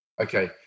Okay